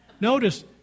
Notice